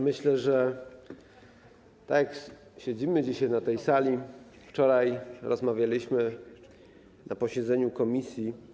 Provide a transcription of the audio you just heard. Myślę, że tak jak siedzimy dzisiaj na tej sali, wczoraj rozmawialiśmy na posiedzeniu komisji.